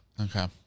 Okay